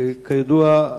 כידוע,